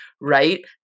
right